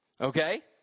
okay